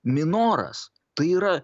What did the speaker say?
minoras tai yra